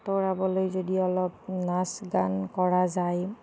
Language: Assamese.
আঁতৰাবলৈ যদি অলপ নাচ গান কৰা যায়